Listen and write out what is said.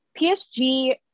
PSG